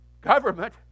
government